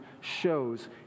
shows